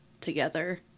together